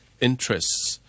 interests